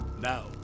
Now